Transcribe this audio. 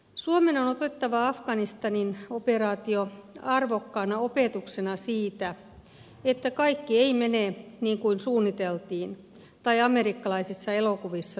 suomen on otettava afganistanin operaatio arvokkaana opetuksena siitä että kaikki ei mene niin kuin suunniteltiin tai amerikkalaisissa elokuvissa tapahtuu